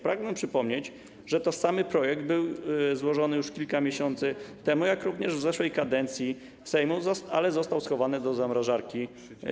Pragnę przypomnieć, że tożsamy projekt był złożony już kilka miesięcy temu, jak również w poprzedniej kadencji Sejmu, ale został schowany do sejmowej zamrażarki.